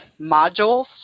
modules